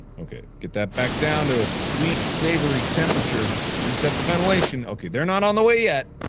ok. get that back down to a sweet, savory temperature reset the ventilation ok, they're not on the way yet,